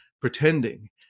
pretending